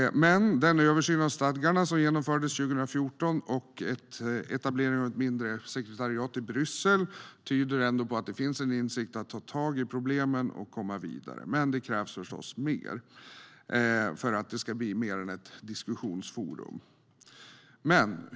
Den översyn av stadgarna som genomfördes 2014 och en etablering av ett mindre sekretariat i Bryssel tyder ändå på att det finns en insikt om att ta tag i problemen och komma vidare. Men det krävs förstås mer för att detta ska bli mer än ett diskussionsforum.